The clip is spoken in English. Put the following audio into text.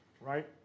right